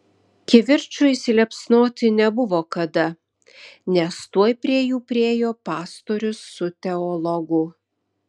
kivirčui įsiliepsnoti nebuvo kada nes tuoj prie jų priėjo pastorius su teologu